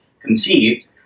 conceived